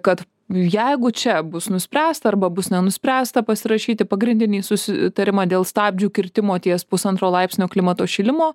kad jeigu čia bus nuspręsta arba bus nenuspręsta pasirašyti pagrindinį susitarimą dėl stabdžių kirtimo ties pusantro laipsnio klimato šilimo